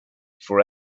for